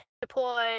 deploy